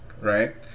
right